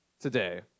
today